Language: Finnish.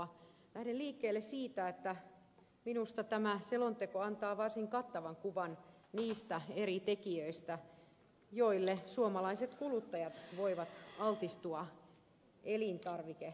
lähden liikkeelle siitä että minusta tämä selonteko antaa varsin kattavan kuvan niistä eri tekijöistä joille suomalaiset kuluttajat voivat altistua elintarvikevälitteisesti